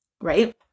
right